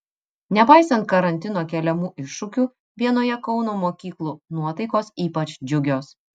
nepaisant karantino keliamų iššūkių vienoje kauno mokyklų nuotaikos ypač džiugios